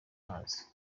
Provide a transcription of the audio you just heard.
mazi